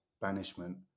banishment